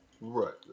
Right